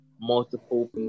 multiple